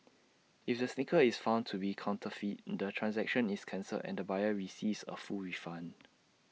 if the sneaker is found to be counterfeit the transaction is cancelled and the buyer receives A full refund